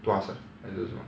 tuas ah 还是什么